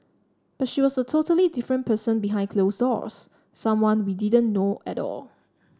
but she was a totally different person behind closed doors someone we didn't know at all